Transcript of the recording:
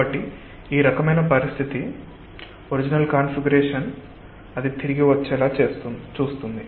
కాబట్టి ఈ రకమైన పరిస్థితి ఒరిజినల్ కాన్ఫిగరేషన్ అది తిరిగి వచ్చేలా చూస్తుంది